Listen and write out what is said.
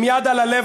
עם יד על הלב,